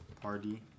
Party